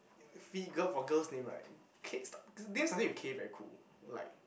figure for girls name right K start name starting with K very cool like